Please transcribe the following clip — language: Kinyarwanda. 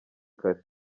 kare